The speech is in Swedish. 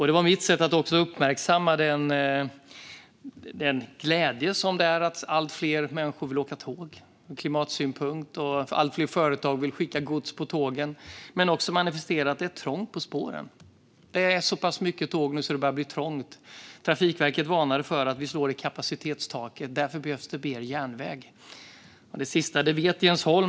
Det var mitt sätt att uppmärksamma glädjen över att allt fler människor vill åka tåg, ur klimatsynpunkt, och att allt fler företag vill skicka gods på tågen. Men jag ville också manifestera att det är trångt på spåren. Det är nu så pass mycket tåg att det börjar bli trångt. Trafikverket varnar för att vi slår i kapacitetstaket. Därför behövs det mer järnväg. Det sista vet Jens Holm.